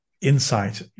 insight